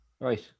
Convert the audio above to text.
Right